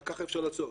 רק כך אפשר לעצור,